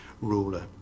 ruler